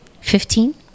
fifteen